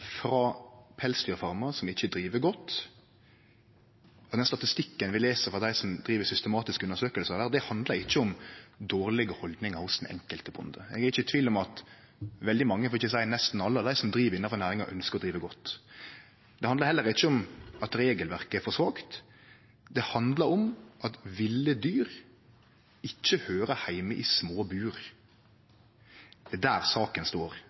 frå pelsdyrfarmar som ikkje er drivne godt, og statistikken vi les frå dei som driv systematiske undersøkingar, handlar ikkje om dårlege haldningar hos den enkelte bonden. Eg er ikkje i tvil om at veldig mange, for ikkje å seie nesten alle, som driv innanfor næringa, ønskjer å drive godt. Det handlar heller ikkje om at regelverket er for svakt. Det handlar om at ville dyr ikkje høyrer heime i små bur. Det er der saka står.